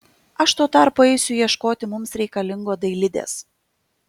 aš tuo tarpu eisiu ieškoti mums reikalingo dailidės